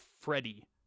Freddie